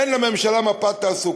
אין לממשלה מפת בריאות.